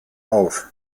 auf